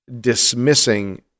dismissing